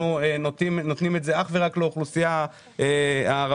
אנחנו נותנים את זה אך ורק לאוכלוסייה הערבית.